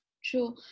Sure